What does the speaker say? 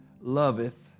loveth